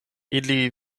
ili